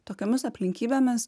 tokiomis aplinkybėmis